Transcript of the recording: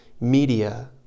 media